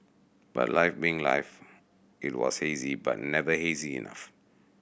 but life being life it was hazy but never hazy enough